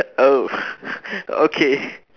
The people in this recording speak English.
oh okay